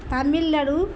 Tamil Nadu